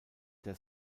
der